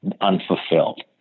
unfulfilled